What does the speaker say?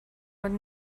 would